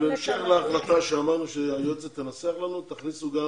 בהמשך להחלטה שאמרנו שהיועצת תנסח לנו, תכניסו גם